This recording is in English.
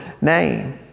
name